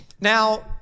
Now